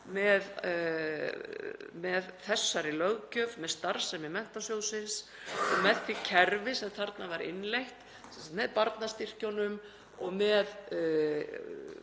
með þessari löggjöf, með starfsemi Menntasjóðsins og með því kerfi sem þarna var innleitt, sem sagt með barnastyrkjunum og með